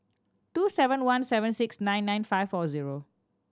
two seven one seven six nine nine five four zero